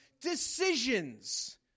Decisions